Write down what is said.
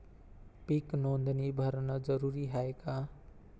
पीक नोंदनी भरनं जरूरी हाये का?